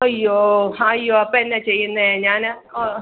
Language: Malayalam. അയ്യോ ഹയ്യോ അപ്പം എന്നാ ചെയ്യുന്നത് ഞാൻ ആ